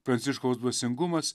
pranciškaus dvasingumas